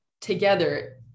together